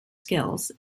skills